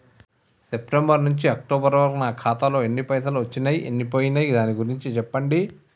September నుంచి October వరకు నా ఖాతాలో ఎన్ని పైసలు వచ్చినయ్ ఎన్ని పోయినయ్ దాని గురించి చెప్పండి?